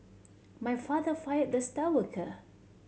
my father fired the star worker